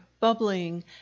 bubbling